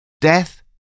death